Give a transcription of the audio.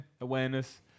awareness